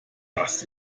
dass